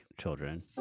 children